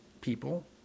people